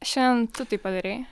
šen tu taip padarei